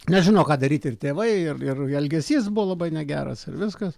nežino ką daryti ir tėvai ir ir elgesys buvo labai negeras ir viskas